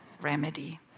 remedy